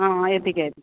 ആ എത്തിക്കാം എത്തിക്കാം